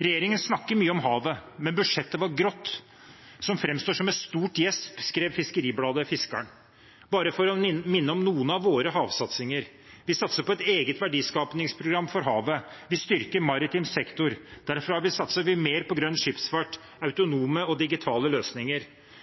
Regjeringen snakker mye om havet, men budsjettet var grått og framstår som et stort gjesp, skrev FiskeribladetFiskaren. Bare for å minne om noen av våre havsatsinger: Vi satser på et eget verdiskapingsprogram for havet, og vi styrker maritim sektor. Derfor satser vi mer på grønn skipsfart, autonome og digitale løsninger.